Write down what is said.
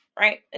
right